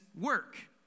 work